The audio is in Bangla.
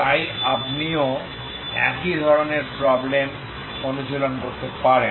তাই আপনিও একই ধরনের প্রব্লেম অনুশীলন করতে পারেন